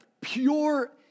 pure